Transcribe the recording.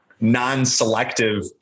non-selective